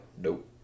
Nope